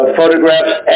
photographs